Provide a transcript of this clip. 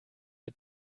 mit